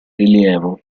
rilievo